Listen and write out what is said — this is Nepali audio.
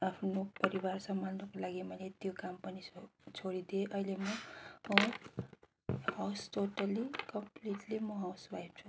आफ्नो परिवार सम्हाल्नुको लागि मैले त्यो काम पनि छोडिदिएँ अहिले म हाउस टोटल्ली कम्प्लिटली म हाउस वाइफ छु